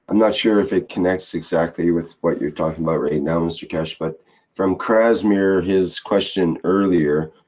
and not sure if it connects exactly with what you're talking about right now mr keshe, but from krasimir, his question earlier,